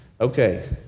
Okay